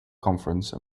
conference